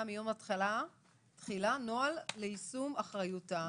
מיום התחילה נוהל ליישום אחריותן לפי תקנה זו".